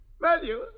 Matthew